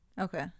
Okay